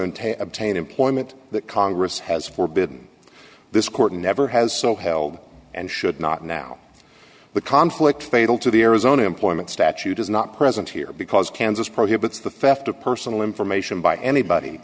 entail obtain employment that congress has forbidden this court never has so held and should not now the conflict fatal to the arizona employment statute is not present here because kansas prohibits the theft of personal information by anybody